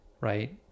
right